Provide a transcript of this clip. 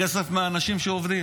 הכסף מהאנשים שעובדים.